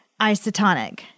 Isotonic